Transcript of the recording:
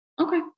Okay